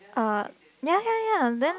uh ya ya ya then